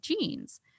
genes